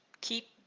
keep